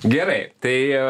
gerai tai